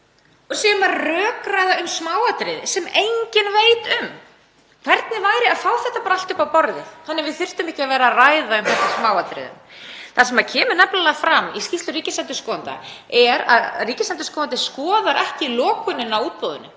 og séum að rökræða um smáatriði sem enginn veit um. Hvernig væri að fá þetta bara allt upp á borðið þannig að við þyrftum ekki að vera að ræða um þetta í smáatriðum? Það kemur nefnilega fram í skýrslunni að ríkisendurskoðandi skoðar ekki lokunina á útboðinu,